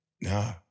Nah